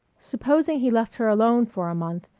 supposing he left her alone for a month,